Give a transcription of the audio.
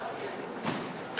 חוק זכויות החולה (תיקון מס' 8),